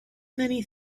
many